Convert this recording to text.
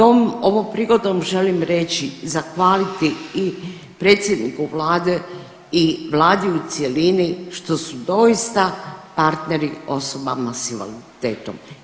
Ovom prigodom želim reći, zahvaliti i predsjedniku vlade i vladi u cjelini što su doista partneri osobama s invaliditetom.